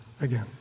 again